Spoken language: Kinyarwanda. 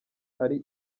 ari